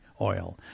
oil